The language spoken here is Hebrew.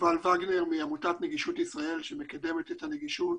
אני מעמותת נגישות ישראל שמקדמת את הנגישות